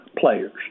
players